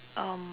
um